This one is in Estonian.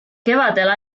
kevadel